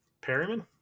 Perryman